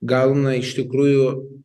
gal na iš tikrųjų